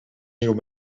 nieuwe